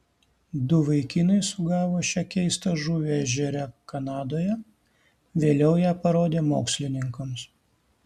du vaikinai sugavo šią keistą žuvį ežere kanadoje vėliau ją parodė mokslininkams